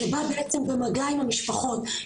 שבא בעצם במגע עם המשפחות,